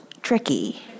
tricky